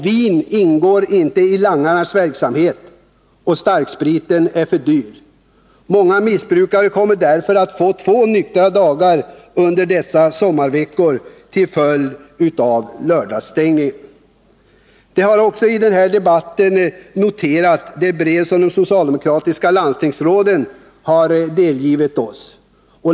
Vin ingår inte i langarnas verksamhet, och starkspriten är för dyr. Många missbrukare kommer därför till följd av lördagsstängningen att få två nyktra dagar under veckohelgerna under dessa sommarveckor. I den här debatten har tidigare omnämnts det brev som de socialdemokratiska landstingsråden tillställt oss.